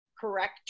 correct